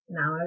now